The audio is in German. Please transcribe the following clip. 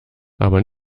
aber